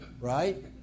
right